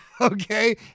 okay